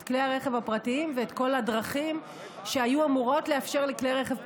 את כלי הרכב הפרטיים ואת כל הדרכים שהיו אמורות לאפשר לכלי רכב פרטיים,